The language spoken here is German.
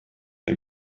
ein